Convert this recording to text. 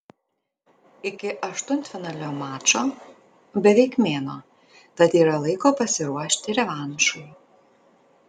iki aštuntfinalio mačo beveik mėnuo tad yra laiko pasiruošti revanšui